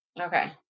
Okay